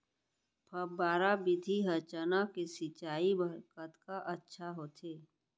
फव्वारा विधि ह चना के सिंचाई बर कतका अच्छा होथे?